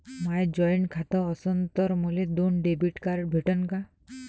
माय joint खातं असन तर मले दोन डेबिट कार्ड भेटन का?